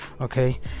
Okay